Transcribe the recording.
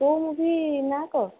କେଉଁ ମୁଭି ନାଁ କହ